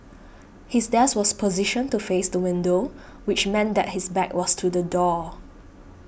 his desk was positioned to face the window which meant that his back was to the door